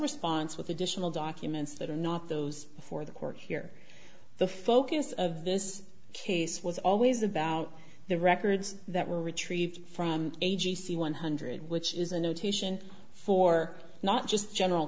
response with additional documents that are not those before the court here the focus of this case was always about the records that were retrieved from a g c one hundred which is a notation for not just general